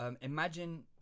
imagine